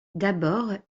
d’abord